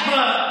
שמע,